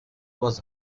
was